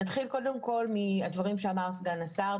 נתחיל קודם כול מן הדברים שאמר סגן השרה.